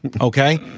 Okay